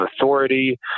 authority